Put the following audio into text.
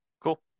Cool